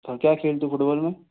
और क्या खेलते हो फुटबॉल में